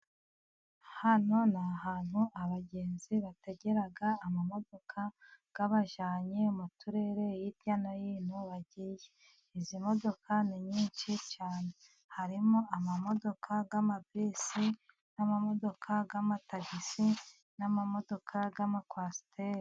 Hano ni ahantu abagenzi bategera amamodoka, ababajyanye mu turere hirya no hino bagiye. Izi modoka ni nyinshi cyane. Harimo amamodoka y'amabisi, n'amamodoka nk'amatagisi, n'amamodoka y'ama kwasiteri.